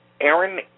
Aaron